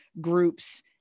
groups